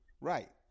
Right